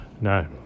No